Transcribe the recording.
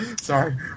Sorry